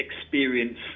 experience